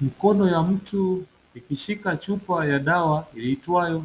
Mkona ya mtu akishika chupa ya dawa liitwayo